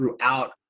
throughout